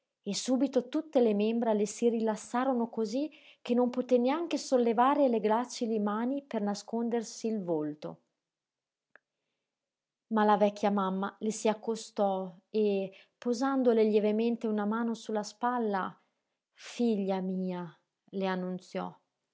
e subito tutte le membra le si rilassarono cosí che non poté neanche sollevare le gracili mani per nascondersi il volto ma la vecchia mamma le si accostò e posandole lievemente una mano sulla spalla figlia mia le annunziò